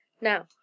now